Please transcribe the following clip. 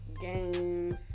Games